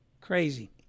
crazy